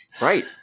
right